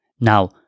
Now